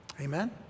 amen